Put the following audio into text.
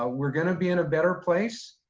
ah we're going to be in a better place,